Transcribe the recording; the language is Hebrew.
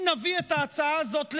אם נביא את ההצעה הזאת להצבעה,